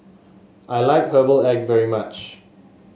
I like Herbal Egg very much